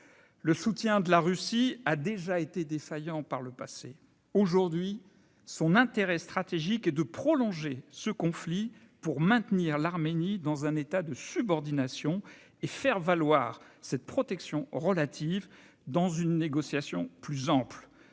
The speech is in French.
Le soutien de la Russie s'est déjà révélé défaillant par le passé. Aujourd'hui, son intérêt stratégique est de prolonger ce conflit pour maintenir l'Arménie dans un état de subordination et faire valoir cette protection relative dans une négociation plus ample.